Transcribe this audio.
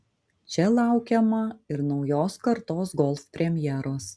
čia laukiama ir naujos kartos golf premjeros